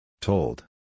Told